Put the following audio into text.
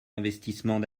investissements